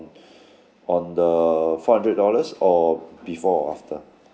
on the four hundred dollars or before or after